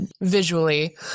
visually